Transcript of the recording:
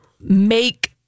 make